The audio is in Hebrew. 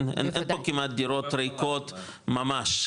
אין פה כמעט דירות ריקות ממש.